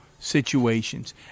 situations